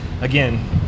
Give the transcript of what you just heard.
again